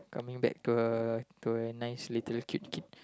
coming back to a to a nice little cute kid